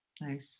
Nice